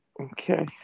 Okay